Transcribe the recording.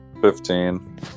Fifteen